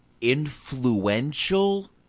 influential